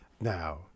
Now